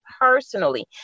personally